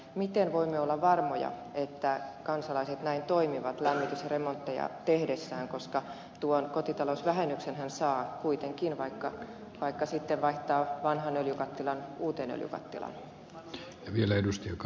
miten voimme olla varmoja että kansalaiset näin toimivat lämmitysremontteja tehdessään koska tuon kotitalousvähennyksenhän saa kuitenkin vaikka sitten vaihtaa vanhan öljykattilan uuteen öljykattilaan